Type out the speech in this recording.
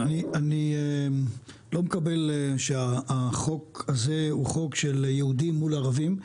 אני לא מקבל שהחוק הזה הוא חוק של יהודים מול ערבים.